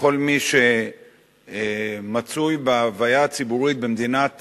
לכל מי שמצוי בהוויה הציבורית במדינת ישראל,